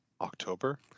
October